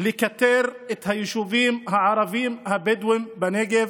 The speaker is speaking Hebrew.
לכתר את היישובים הערביים הבדואיים בנגב.